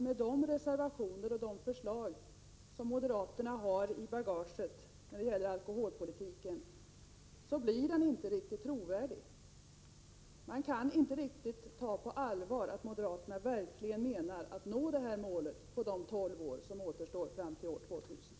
Med de reservationer och förslag som moderaterna har i bagaget blir inte deras alkoholpolitik trovärdig. Jag kan inte riktigt ta på allvar moderaternas tal om att de avser att nå detta mål på de tolv år som återstår fram till år 2000.